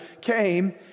came